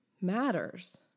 matters